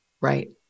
Right